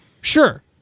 sure